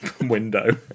window